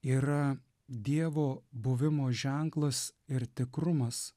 yra dievo buvimo ženklas ir tikrumas